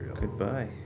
Goodbye